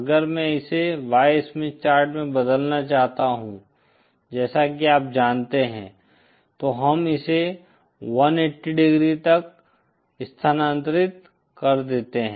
अगर मैं इसे Y स्मिथ चार्ट में बदलना चाहता हूं जैसा कि आप जानते हैं तो हम इसे 180 डिग्री तक स्थानांतरित कर देते हैं